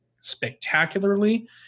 spectacularly